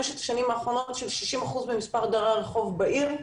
השנים האחרונות של 60% ממספר דיירי הרחוב בעיר,